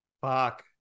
Fuck